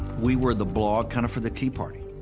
we were the blog kind of for the tea party.